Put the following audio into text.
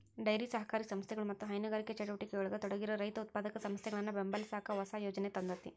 dairy ಸಹಕಾರಿ ಸಂಸ್ಥೆಗಳು ಮತ್ತ ಹೈನುಗಾರಿಕೆ ಚಟುವಟಿಕೆಯೊಳಗ ತೊಡಗಿರೋ ರೈತ ಉತ್ಪಾದಕ ಸಂಸ್ಥೆಗಳನ್ನ ಬೆಂಬಲಸಾಕ ಹೊಸ ಯೋಜನೆ ತಂದೇತಿ